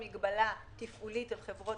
הייתי בוועדת החוקה כשהייתה היועצת